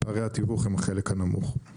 פערי התיווך הם החלק הנמוך.